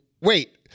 wait